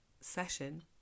session